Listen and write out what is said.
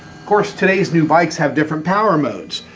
course today's new bikes have different power modes.